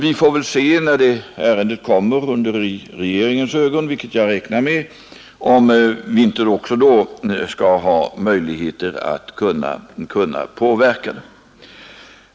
Vi får väl se, när ärendet kommer under regeringens ögon, vilket jag räknar med att det gör, om vi inte också då skall ha möjligheter att påverka det.